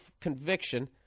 conviction